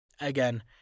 Again